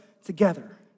Together